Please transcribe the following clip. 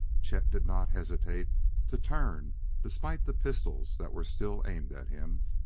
chet did not hesitate to turn despite the pistols that were still aimed at him.